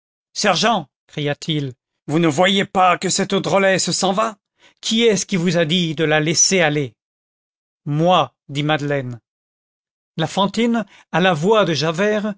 sergent cria-t-il vous ne voyez pas que cette drôlesse s'en va qui est-ce qui vous a dit de la laisser aller moi dit madeleine la fantine à la voix de javert